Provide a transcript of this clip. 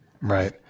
Right